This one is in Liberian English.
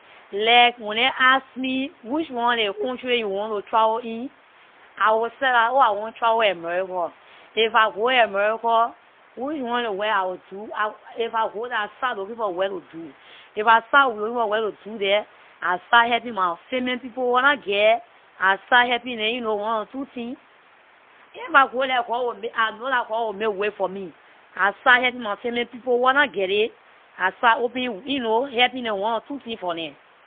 Like wen they ask me which one of the country you wanna to travel in? I will say dat oh I want travel america. If I go america, which one of the work I will do- i- if I go there, I will start looking for work to do. If I start looking for work to do there, I start helping my family people who nah geh- I start helping them ehn you know one or two things. If I go there god will make- I know that god will make way for me. I start helping my family people who nah geh it, I start opening- ehn you know, helping one or two things for them.